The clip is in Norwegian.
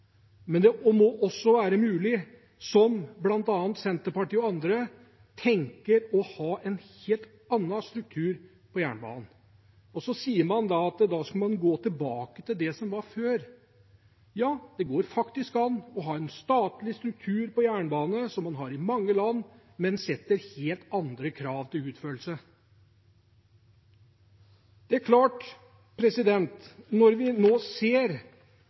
men det må også være mulig – som Senterpartiet og andre tenker – å ha en helt annen struktur på jernbanen. Man sier at man da skal gå tilbake til det som var før. Ja, det går faktisk an å ha en statlig struktur på jernbanen, som man har i mange land, men sette helt andre krav til utførelse. Vi ser nå i innstillingen til meldingen at flertallet aktivt går inn og sier at vi